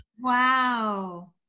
Wow